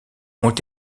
ont